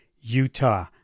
Utah